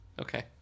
Okay